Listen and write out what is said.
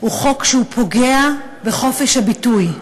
הוא חוק שפוגע בחופש הביטוי,